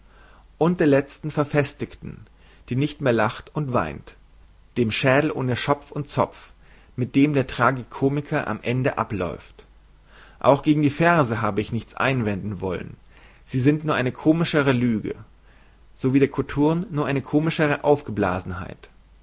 und der lezten verfestigten die nicht mehr lacht und weint dem schädel ohne schopf und zopf mit dem der tragikomiker am ende abläuft auch gegen die verse habe ich nichts einwenden wollen sie sind nur eine komischere lüge so wie der kothurn nur eine komischere